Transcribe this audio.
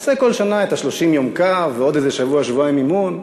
עושה כל שנה את ה-30 יום קו ועוד איזה שבוע-שבועיים אימון,